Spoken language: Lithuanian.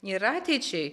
ir ateičiai